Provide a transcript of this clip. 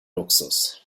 luxus